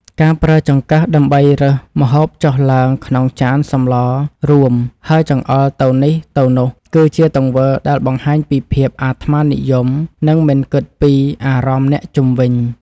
ការប្រើចង្កឹះដើម្បីរើសម្ហូបចុះឡើងក្នុងចានសម្លរួមហើយចង្អុលទៅនេះទៅនោះគឺជាទង្វើដែលបង្ហាញពីភាពអាត្មានិយមនិងមិនគិតពីអារម្មណ៍អ្នកជុំវិញ។